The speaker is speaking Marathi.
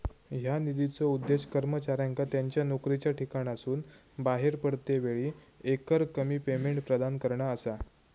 ह्या निधीचो उद्देश कर्मचाऱ्यांका त्यांच्या नोकरीच्या ठिकाणासून बाहेर पडतेवेळी एकरकमी पेमेंट प्रदान करणा असा